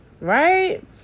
right